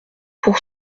pour